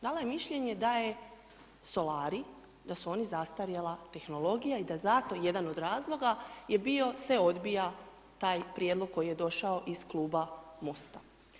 Dala je mišljenje da je solarij, da su oni zastarjela tehnologija i da zato, jedan od razloga je bio, se odbija taj prijedlog koji je došao iz Kluba MOST-a.